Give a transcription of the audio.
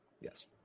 Yes